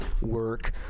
work